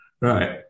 Right